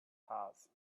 house